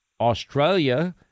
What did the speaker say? Australia